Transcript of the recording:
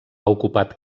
ocupat